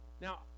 Now